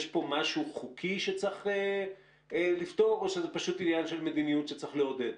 יש פה משהו חוקי שצריך לפתור או שזה פשוט עניין של מדיניות שצריך לעודד?